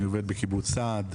אני עובד בקיבוץ סעד,